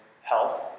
health